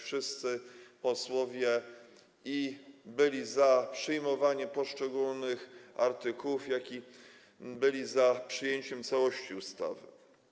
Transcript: Wszyscy posłowie byli za przyjmowaniem poszczególnych artykułów, jak i byli za przyjęciem całości ustawy.